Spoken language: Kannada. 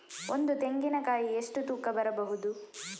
ಒಂದು ತೆಂಗಿನ ಕಾಯಿ ಎಷ್ಟು ತೂಕ ಬರಬಹುದು?